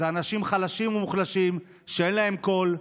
אלה אנשים חלשים ומוחלשים שאין להם קול.